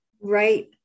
Right